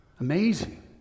Amazing